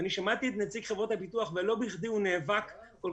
שמעתי את נציג חברות הביטוח ולא בכדי הוא נאבק כל